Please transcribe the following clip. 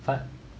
but